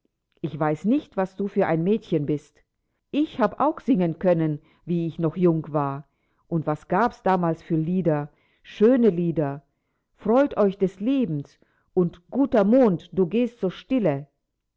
ich weiß nicht was du für ein mädchen bist ich hab auch singen können wie ich noch jung war und was gab's damals für lieder schöne lieder freut euch des lebens und guter mond du gehst so stille